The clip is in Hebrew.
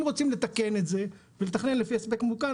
אם רוצים לתקן את זה ולתכנן לפי הספק מותקן,